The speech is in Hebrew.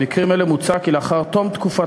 במקרים אלו מוצע כי לאחר תום תקופת